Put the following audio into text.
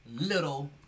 little